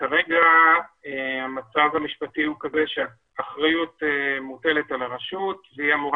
כרגע המצב המשפטי הוא כזה שהאחריות מוטלת על הרשות והיא אמורה